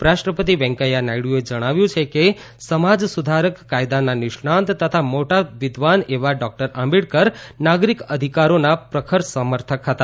ઉપરાષ્ટ્રપતિ વેંકૈયા નાયડુએ જણાવ્યું છે કે સમાજ સુધારક કાયદાના નિષ્ણાત તથા મોટા વિદ્વાન એવા ડોકટર આંબેડકર નાગરિક અધિકારોના પ્રખર સમર્થક હતા